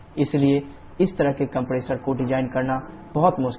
इसलिए इस तरह के कंप्रेसर को डिजाइन करना बहुत मुश्किल है